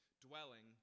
dwelling